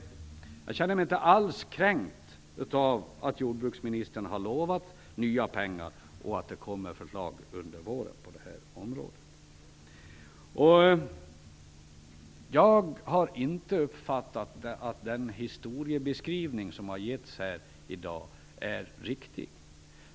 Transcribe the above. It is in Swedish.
Jag känner mig inte alls kränkt av att jordbruksministern har lovat nya pengar och att det kommer förslag under våren på detta område, Ulla Löfgren. Jag har inte uppfattat att den historiebeskrivning som har getts i dag är riktig.